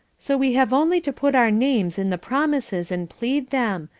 so we have only to put our names in the promises and plead them,